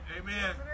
Amen